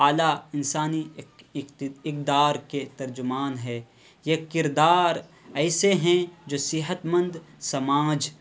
اعلیٰ انسانی اقدار کے ترجمان ہیں یہ کردار ایسے ہیں جو صحت مند سماج